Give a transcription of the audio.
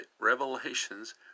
revelations